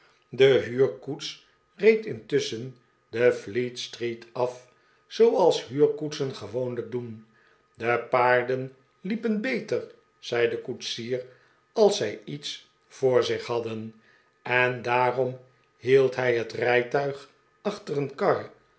de huurkoets reed intusschen de fleetpickwick zit voor zun portret street af zooals huurkoetsen gewoonlijk doen de paarden liepen beter zei de koetsier als zij iets voor zich hadden en daarom hield hij het rijtuig achter een kar